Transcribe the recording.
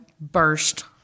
burst